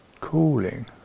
cooling